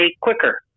quicker